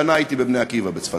אני הייתי שנה ב"בני עקיבא" בצפת.